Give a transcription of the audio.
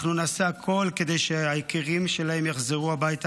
אנחנו נעשה הכול כדי שהיקירים שלהם יחזרו הביתה,